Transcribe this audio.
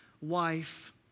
wife